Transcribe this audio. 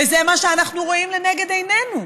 וזה מה שאנחנו רואים לנגד עינינו,